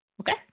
Okay